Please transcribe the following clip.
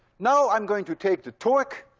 now i'm going to take the torque